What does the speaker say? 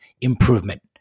improvement